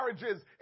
marriages